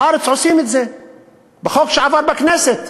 בארץ עושים את זה בחוק שעבר בכנסת,